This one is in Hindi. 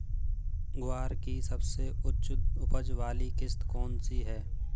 ग्वार की सबसे उच्च उपज वाली किस्म कौनसी है?